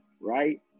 right